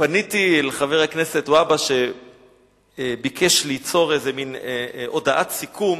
פניתי לחבר הכנסת והבה, שביקש ליצור הודעת סיכום,